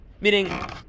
Meaning